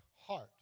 heart